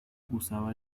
usaba